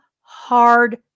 hard